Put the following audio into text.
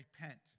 repent